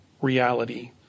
reality